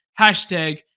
hashtag